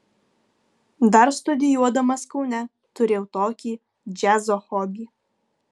dar studijuodamas kaune turėjau tokį džiazo hobį